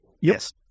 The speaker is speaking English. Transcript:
Yes